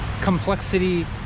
complexity